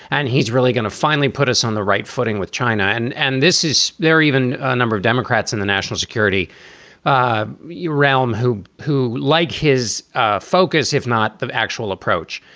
and he's really going to finally put us on the right footing with china. and and this is where even a number of democrats in the national security ah yeah around who who like his ah focus, if not the actual approach.